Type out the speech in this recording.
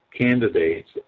candidates